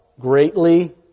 Greatly